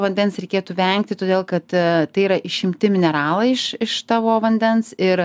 vandens reikėtų vengti todėl kad tai yra išimti mineralai iš iš tavo vandens ir